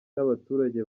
n’abaturage